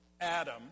Adam